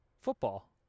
football